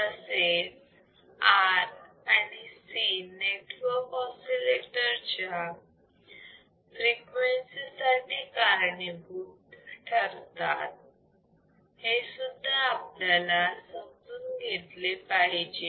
तसेच R आणि C network oscillator च्या फ्रिक्वेन्सी साठी कारणीभूत ठरतात हेसुद्धा आपल्याला समजून घेतले पाहिजे